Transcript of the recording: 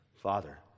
Father